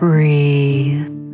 Breathe